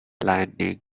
lightning